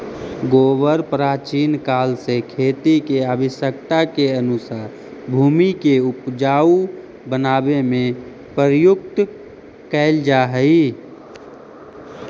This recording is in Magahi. गोबर प्राचीन काल से खेती के आवश्यकता के अनुसार भूमि के ऊपजाऊ बनावे में प्रयुक्त कैल जा हई